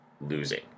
losing